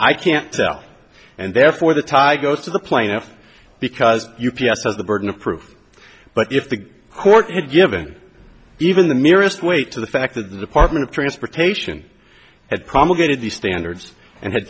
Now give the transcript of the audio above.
i can't tell and therefore the tie goes to the plaintiff because you p s has the burden of proof but if the court had given even the mere ist weight to the fact that the department of transportation had promulgated these standards and had